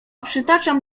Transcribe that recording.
przytaczam